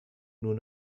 nun